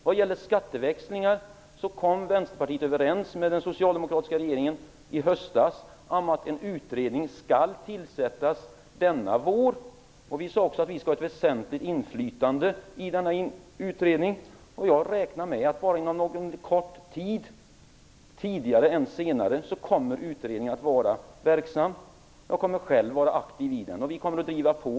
Vad gäller skatteväxlingar kom Vänsterpartiet överens med den socialdemokratiska regeringen i höstas om att en utredning skall tillsättas denna vår. Vi sade också att vi skall ha ett väsentligt inflytande i denna utredning. Jag räknar med att inom kort tid - tidigare än senare - kommer utredningen att vara verksam. Jag kommer själv att vara aktiv i den. Vi kommer att driva på.